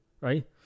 right